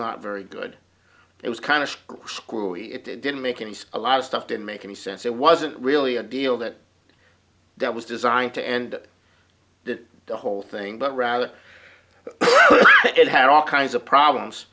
not very good it was kind of school he it didn't make it into a lot of stuff didn't make any sense it wasn't really a deal that that was designed to end that the whole thing but rather it had all kinds of problems